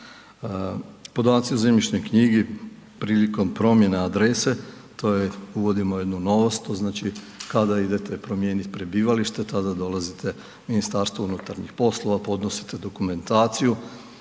Podaci o zemljišnoj knjizi prilikom promjena adrese, to je, uvodimo jednu novost, to znači kada idete promijeniti prebivalište, tada dolazite u MU, podnosite dokumentaciju,